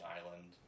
Island